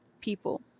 people